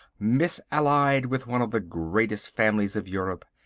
misallied with one of the greatest families of europe,